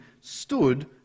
stood